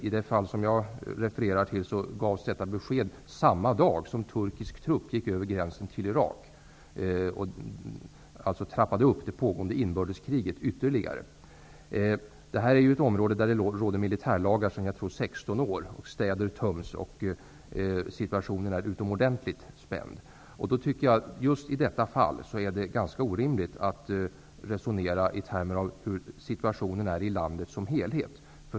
I det fall som jag refererar till gavs detta besked samma dag som en turkisk trupp gick över gränsen till Irak och trappade upp det pågående inbördeskriget ytterligare. I området råder militär lagar sedan drygt 16 år. Städer töms, och situationen är utomordentligt spänd. Just i detta fall tycker jag att det är ganska orimligt att resonera i termer av hur situationen är i landet som helhet.